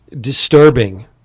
disturbing